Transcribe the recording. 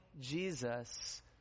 Jesus